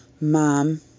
Mom